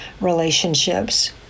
relationships